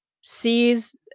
sees